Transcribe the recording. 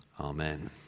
amen